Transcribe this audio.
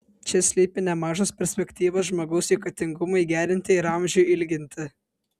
čia slypi nemažos perspektyvos žmogaus sveikatingumui gerinti ir amžiui ilginti